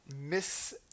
miss